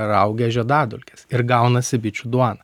raugia žiedadulkes ir gaunasi bičių duona